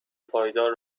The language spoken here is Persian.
پایدار